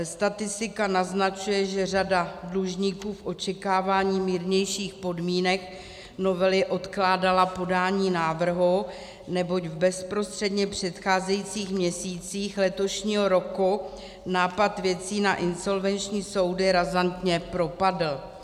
Statistika naznačuje, že řada dlužníků v očekávání mírnějších podmínek novely odkládala podání návrhu, neboť v bezprostředně předcházejících měsících letošního roku nápad věcí na insolvenční soudy razantně propadl.